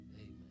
Amen